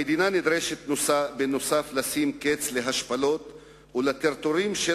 המדינה נדרשת בנוסף לשים קץ להשפלות ולטרטורים של